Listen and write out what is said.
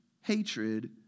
hatred